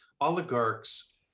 oligarchs